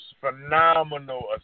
Phenomenal